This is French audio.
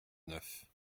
neuf